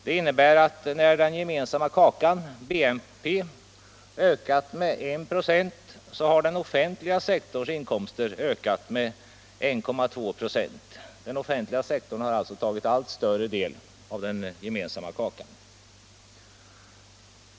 Det innebär att när den gemensamma kakan, BNP, har ökat med 1 96 har den offentliga sektorns inkomster ökat med 1,2 26. Den offentliga sektorn har alltså tagit allt större del av den gemensamma kakan.